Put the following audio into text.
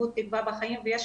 איבוד תקווה בחיים ויש